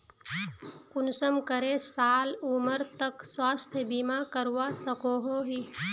कुंसम करे साल उमर तक स्वास्थ्य बीमा करवा सकोहो ही?